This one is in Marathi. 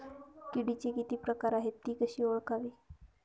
किडीचे किती प्रकार आहेत? ति कशी ओळखावी?